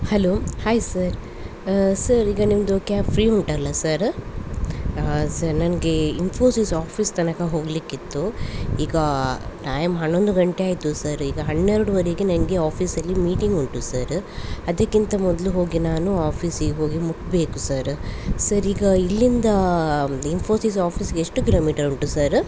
hello hi sir sir ಈಗ ನಿಮ್ದು cab free ಉಂಟಲ್ಲ ಸರ ಸರ್ ನನಗೆ ಇನ್ಫೋಸಿಸ್ ಆಫೀಸ್ ತನಕ ಹೋಗಲಿಕ್ಕಿತ್ತು ಈಗ ಟೈಮ್ ಹನ್ನೊಂದು ಗಂಟೆ ಆಯಿತು ಸರ್ ಈಗ ಹನ್ನೆರಡುವರೆಗೆ ನಂಗೆ ಆಫೀಸಲ್ಲಿ ಮೀಟಿಂಗ್ ಉಂಟು ಸರ ಅದಕ್ಕಿಂತ ಮೊದಲು ಹೋಗಿ ನಾನು ಆಫೀಸಿಗೆ ಹೋಗಿ ಮುಟ್ಬೇಕು ಸರ ಸರ್ ಈಗ ಇಲ್ಲಿಂದ ಇನ್ಫೋಸಿಸ್ ಆಫೀಸಿಗೆ ಎಷ್ಟು ಕಿಲೋಮೀಟರ್ ಉಂಟು ಸರ